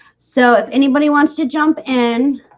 so if anybody wants to jump in